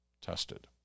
tested